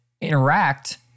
interact